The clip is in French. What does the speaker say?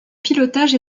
pilotage